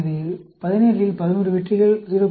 எனவே 17 இல் 11 வெற்றிகள் 0